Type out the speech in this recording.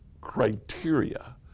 criteria